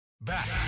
Back